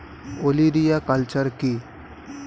ওলেরিয়া কালচার কি?